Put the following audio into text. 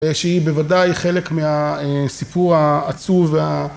שהיא בוודאי חלק מהסיפור העצוב וה...